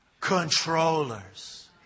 Controllers